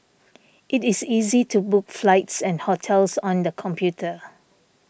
it is easy to book flights and hotels on the computer